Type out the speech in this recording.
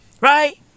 Right